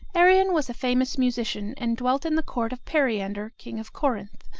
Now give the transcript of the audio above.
arion was a famous musician, and dwelt in the court of periander, king of corinth,